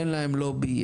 אין להם לובי,